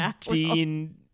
Dean